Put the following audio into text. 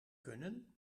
kunnen